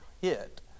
hit